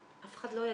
אף אחד לא יגיע.